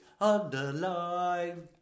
underline